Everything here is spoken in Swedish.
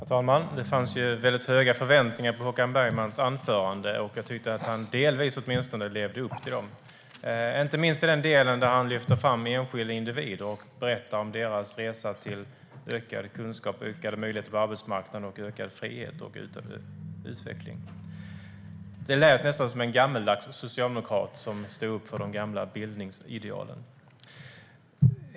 Herr talman! Det fanns väldigt höga förväntningar på Håkan Bergmans anförande. Jag tyckte att han åtminstone delvis levde upp till dem, inte minst i den del där han lyfte fram enskilda individer och berättade om deras resa till ökad kunskap, ökade möjligheter på arbetsmarknaden och ökad frihet och utveckling. Han lät nästan som en gammaldags socialdemokrat som stod upp för de gamla bildningsidealen.